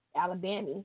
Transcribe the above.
Alabama